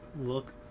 look